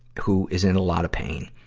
who is in a lot of pain.